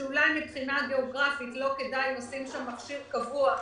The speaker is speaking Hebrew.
שאולי מבחינה גיאוגרפית לא כדאי לשים שם מכשיר קבוע,